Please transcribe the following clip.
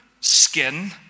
skin